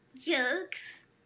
Jokes